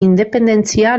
independentzia